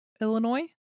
illinois